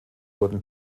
wurden